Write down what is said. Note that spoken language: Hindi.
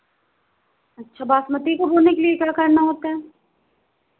अच्छा बासमती को होने के लिए क्या करना होता है